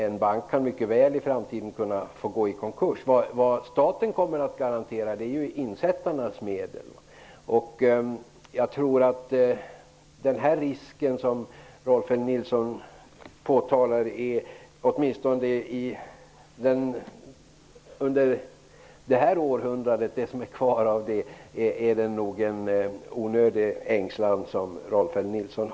En bank kan i framtiden mycket väl kunna få gå i konkurs. Det som staten kommer att garantera är insättarnas medel. Den risk som Rolf L Nilson påtalar är, åtminstone under den tid som är kvar av detta århundrade, säkerligen en onödig ängslan.